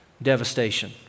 Devastation